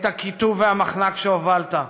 את הקיטוב והמחנק שהובלת.